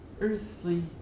earthly